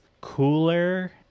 cooler